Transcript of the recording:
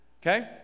Okay